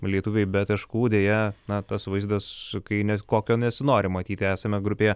lietuviai be taškų deja na tas vaizdas kai ne kokio nesinori matyti esame grupėje